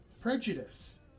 prejudice